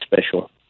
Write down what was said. special